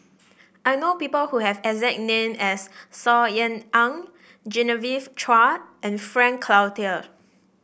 I know people who have exact name as Saw Ean Ang Genevieve Chua and Frank Cloutier